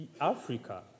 Africa